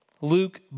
Luke